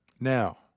Now